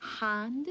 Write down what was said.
hand